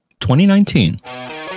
2019